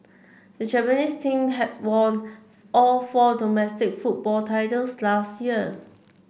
the Japanese team had won all four domestic football titles last year